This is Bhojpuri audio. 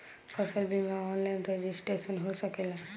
फसल बिमा ऑनलाइन रजिस्ट्रेशन हो सकेला?